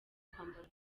kwambara